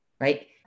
right